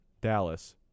Dallas